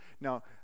now